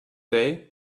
day